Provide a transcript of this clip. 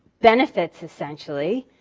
benefits essentially.